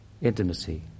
Intimacy